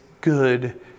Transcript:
good